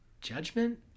judgment